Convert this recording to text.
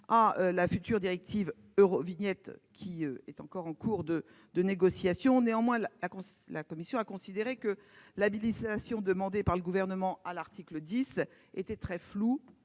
à la future directive Eurovignette, en cours de négociation. La commission a néanmoins considéré que l'habilitation demandée par le Gouvernement à l'article 10 était très floue